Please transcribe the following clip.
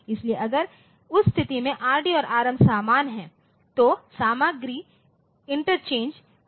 इसलिए अगर उस स्थिति में Rd और Rm समान हैं तो सामग्री इंटरचेंज होगा